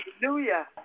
Hallelujah